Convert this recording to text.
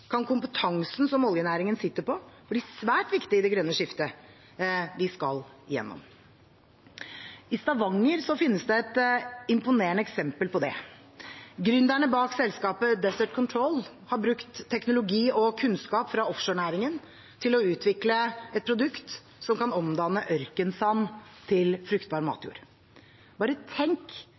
kan kompetansen som oljenæringen sitter på, bli svært viktig i det grønne skiftet vi skal gjennom. I Stavanger finnes det et imponerende eksempel på det: Gründerne bak selskapet Desert Control har brukt teknologi og kunnskap fra offshorenæringen til å utvikle et produkt som kan omdanne ørkensand til fruktbar matjord. Bare tenk